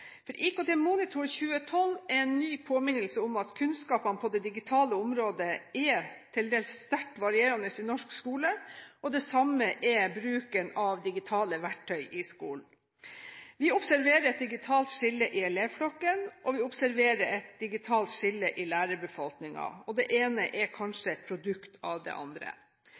IKT Monitor 2012 er en ny påminnelse om at kunnskapene på det digitale området er til dels sterkt varierende i norsk skole, og det samme er bruken av digitale verktøy i skolen. Vi observerer et digitalt skille i elevflokken, og vi observerer et digitalt skille i lærerbefolkningen – det ene er kanskje et produkt av det andre.